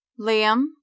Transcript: Liam